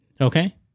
Okay